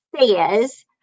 says